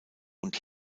und